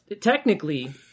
technically